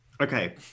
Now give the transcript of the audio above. Okay